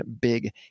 big